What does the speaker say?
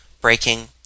breaking